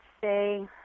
say